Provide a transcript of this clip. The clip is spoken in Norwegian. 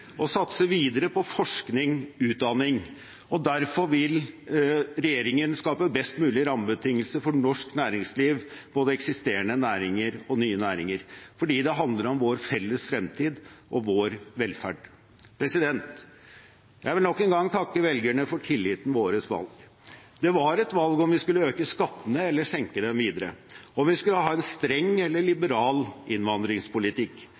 å satse videre på forskning og utdanning, og derfor vil regjeringen skape best mulige rammebetingelser for norsk næringsliv – både eksisterende og nye næringer. Det handler om vår felles fremtid og vår velferd. Jeg vil nok en gang takke velgerne for tilliten ved årets valg. Det var et valg om vi skulle øke skattene eller senke dem ytterligere, og om vi skulle ha en liberal eller streng innvandringspolitikk.